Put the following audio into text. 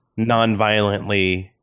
nonviolently